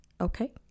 okay